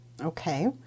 Okay